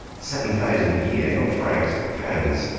seven thousand a year! not francs, but pounds!